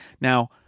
Now